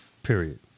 Period